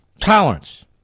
Tolerance